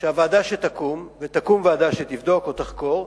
שהוועדה שתקום, ותקום ועדה שתבדוק או תחקור,